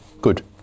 Good